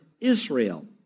Israel